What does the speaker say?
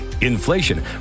inflation